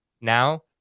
now